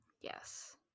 Yes